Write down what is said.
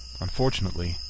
Unfortunately